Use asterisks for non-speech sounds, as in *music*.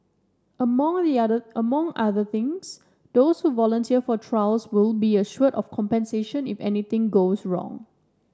*unintelligible* among other things those who volunteer for trials will be assured of compensation if anything goes wrong